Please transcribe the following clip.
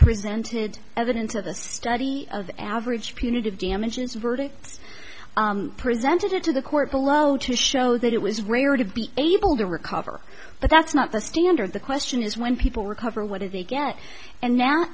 presented evidence of the study of the average punitive damages verdict presented to the court below to show that it was rare to be able to recover but that's not the standard the question is when people recover what do they get and now